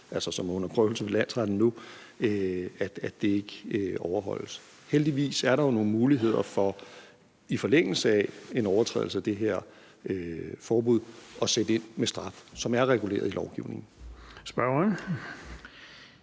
som nu bliver prøvet ved landsretten, altså at det ikke overholdes. Heldigvis er der nogle muligheder for i forlængelse af en overtrædelse af det her forbud at sætte ind med straf, som er reguleret i lovgivningen. Kl.